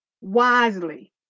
wisely